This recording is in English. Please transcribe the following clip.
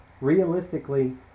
realistically